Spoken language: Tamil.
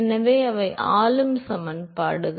எனவே அவை ஆளும் சமன்பாடுகள்